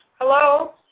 Hello